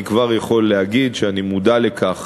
אני כבר יכול להגיד שאני מודע לכך